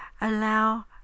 allow